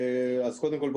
אז קודם כול,